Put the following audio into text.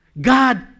God